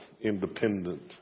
independent